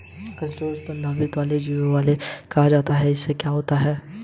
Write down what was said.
crustacean संधिपाद वाला जलीय जीव है जिसके बहुत से उपवर्ग बतलाए जाते हैं